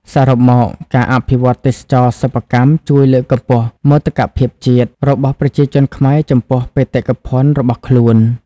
សរុបមក ការអភិវឌ្ឍន៍ទេសចរណ៍សិប្បកម្មជួយលើកកម្ពស់ មោទកភាពជាតិ របស់ប្រជាជនខ្មែរចំពោះបេតិកភណ្ឌរបស់ខ្លួន។